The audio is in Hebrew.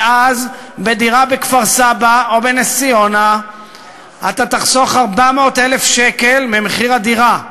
ואז בדירה בכפר-סבא או בנס-ציונה אתה תחסוך 400,000 שקל ממחיר הדירה.